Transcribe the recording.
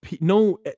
no